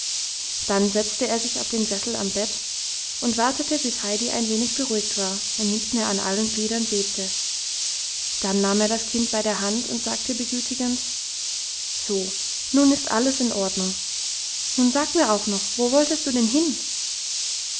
dann setzte er sich auf den sessel am bett und wartete bis heidi ein wenig beruhigt war und nicht mehr an allen gliedern bebte dann nahm er das kind bei der hand und sagte begütigend so nun ist alles in ordnung nun sag mir auch noch wo wolltest du denn hin